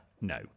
no